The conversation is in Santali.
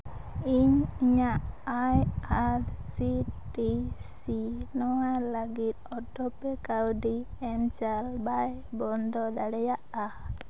ᱤᱧ ᱤᱧᱟ ᱜ I R C T C ᱱᱚᱣᱟ ᱞᱟᱹᱜᱤᱫ ᱚᱴᱳᱼᱯᱮ ᱠᱟᱹᱣᱰᱤ ᱮᱢ ᱪᱟᱞ ᱵᱟᱭ ᱵᱚᱱᱫᱚ ᱫᱟᱲᱮᱭᱟᱜᱼᱟ